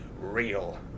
real